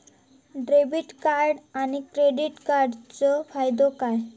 Debit आणि credit कार्डचो फायदो काय?